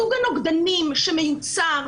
סוג הנוגדנים שמיוצר,